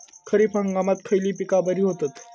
खरीप हंगामात खयली पीका बरी होतत?